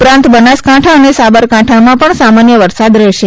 ઉપરાંત બનાસકાંઠા અને સાબરકાંઠામાં પણ સામાન્ય વરસાદ રહેશે